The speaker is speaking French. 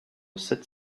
sept